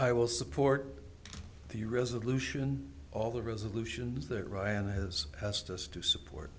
i will support the resolution all the resolutions that ryan has asked us to support